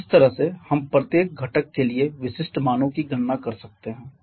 तो इस तरह से हम प्रत्येक घटक के लिए विशिष्ट मानों की गणना कर सकते हैं